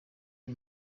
uyu